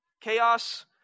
chaos